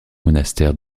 monastère